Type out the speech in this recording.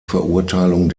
verurteilung